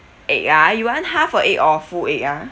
egg ah you want half a egg or full egg ah